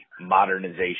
modernization